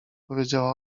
powiedziała